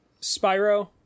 spyro